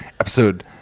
episode